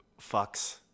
fucks